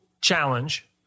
challenge